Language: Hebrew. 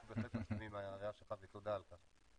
אנחנו בהחלט מסכימים עם ההערה שלך ותודה על כך.